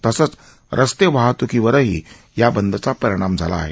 तसंच रस्ते वाहत्कीवरही या बंदचा परिणाम झालेला आहे